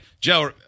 Joe